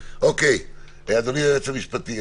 אדוני היועץ המשפטי,